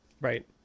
Right